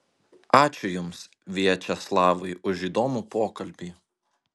ačiū jums viačeslavai už įdomų pokalbį